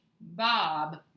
Bob